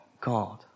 God